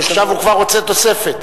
עכשיו הוא כבר רוצה תוספת.